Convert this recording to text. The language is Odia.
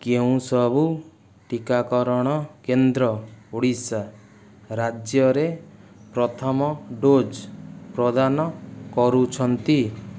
କେଉଁ ସବୁ ଟିକାକରଣ କେନ୍ଦ୍ର ଓଡ଼ିଶା ରାଜ୍ୟରେ ପ୍ରଥମ ଡୋଜ୍ ପ୍ରଦାନ କରୁଛନ୍ତି